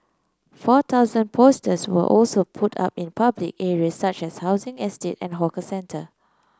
four thousand posters were also put up in public areas such as housing estate and hawker centre